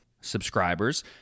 subscribers